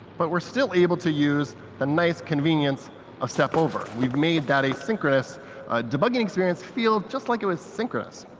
but we're still able to use the nice convenience of step over. we've made that asynchronous debugging experience feel just like it was synchronous.